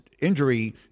injury